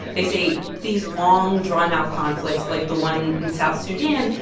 they say these long-drawn-out conflicts, like the one in south sudan,